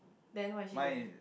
then what is she doing